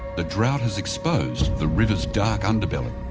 the drought has exposed the river's dark underbelly.